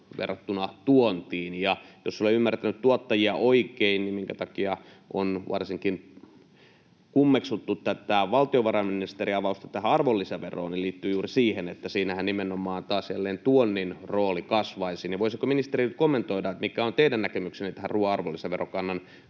verrattuna tuontiin. Jos olen ymmärtänyt tuottajia oikein, niin se, minkä takia on varsinkin kummeksuttu tätä valtiovarainministerin avausta tähän arvonlisäveroon, liittyy juuri siihen, että siinähän nimenomaan taas jälleen tuonnin rooli kasvaisi. Voisiko ministeri kommentoida, mikä on teidän näkemyksenne tähän ruuan arvonlisäverokannan